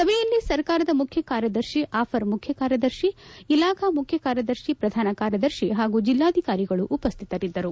ಸಭೆಯಲ್ಲಿ ಸರ್ಕಾರದ ಮುಖ್ಯ ಕಾರ್ಯದರ್ಶಿ ಅಪರ ಮುಖ್ಯ ಕಾರ್ಯದರ್ಶಿ ಇಲಾಖಾ ಮುಖ್ಯ ಕಾರ್ಯದರ್ಶಿ ಪ್ರಧಾನ ಕಾರ್ಯದರ್ಶಿ ಹಾಗೂ ಜಿಲ್ಲಾಧಿಕಾರಿಗಳು ಉಪಸ್ಥಿತರಿದ್ದರು